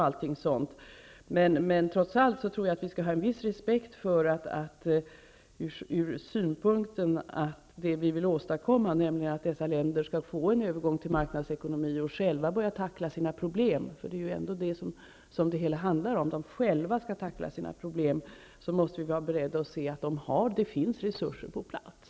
Eftersom det vi vill åstadkomma är att dessa länder skall få en övergång till marknadsekonomi och själva börja tackla sina problem -- det är ju ändå det det hela handlar om, att de själva skall tackla sina problem -- måste vi vara beredda att inse och respektera att det finns resurser på plats.